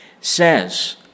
says